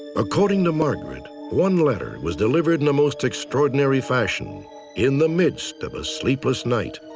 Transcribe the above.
according to margaret, one letter was delivered in a most extraordinary fashion in the midst of a sleepless night.